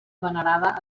venerada